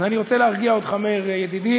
אז אני רוצה להרגיע אותך, מאיר ידידי: